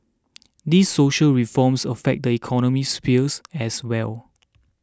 these social reforms affect the economic spheres as well